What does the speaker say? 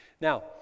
Now